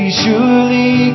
surely